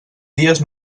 dies